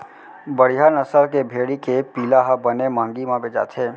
बड़िहा नसल के भेड़ी के पिला ह बने महंगी म बेचाथे